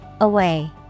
Away